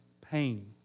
Pain